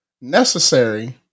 necessary